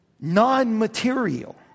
non-material